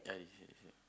ah this year this year